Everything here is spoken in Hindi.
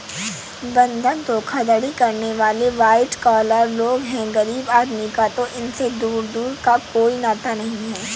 बंधक धोखाधड़ी करने वाले वाइट कॉलर लोग हैं गरीब आदमी का तो इनसे दूर दूर का कोई नाता नहीं है